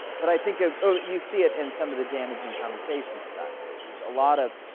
but i think you see it in some of the damaging conversations stuff. there's a lot of,